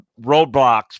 roadblocks